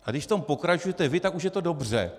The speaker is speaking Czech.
A když v tom pokračujete vy, tak už je to dobře.